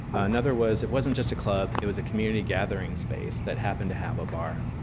another was, it wasn't just a club, it was a community gathering space that happened to have a bar.